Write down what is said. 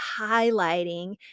highlighting